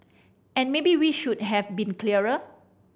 and maybe we should have been clearer